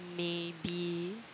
maybe